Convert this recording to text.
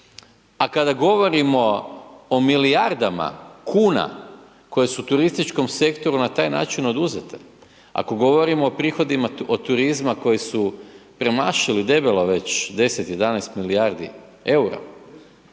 A kada govorimo o milijardama kuna koje su turističkom sektoru na taj način oduzete, ako govorimo o prihodima od turizma koje su premašili debelo već deset,